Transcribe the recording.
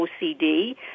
OCD